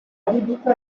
adibito